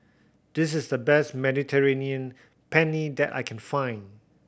this is the best Mediterranean Penne that I can find